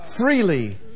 freely